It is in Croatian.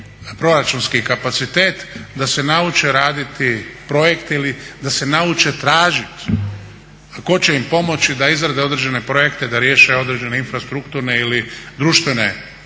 proračunski kapacitet da se nauče raditi projekt ili da se nauče tražiti. A tko će im pomoći da izrade određene projekte, da riješe određene infrastrukturne ili društvene projekte